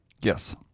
Yes